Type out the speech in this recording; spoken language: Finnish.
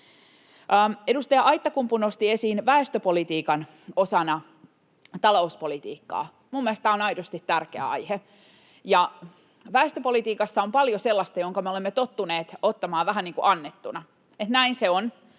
Edustaja Aittakumpu nosti esiin väestöpolitiikan osana talouspolitiikkaa. Minun mielestäni tämä on aidosti tärkeä aihe, ja väestöpolitiikassa on paljon sellaista, minkä me olemme tottuneet ottamaan vähän niin kuin annettuna, että näin se on,